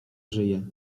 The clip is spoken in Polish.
żyje